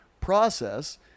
process –